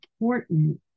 important